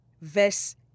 verse